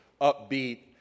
upbeat